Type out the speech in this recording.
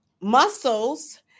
muscles